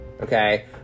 Okay